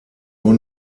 nur